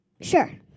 Sure